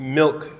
milk